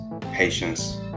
patience